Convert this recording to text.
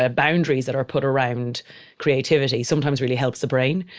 ah boundaries that are put around creativity sometimes really helps the brain.